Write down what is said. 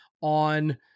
on